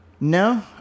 no